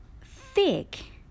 thick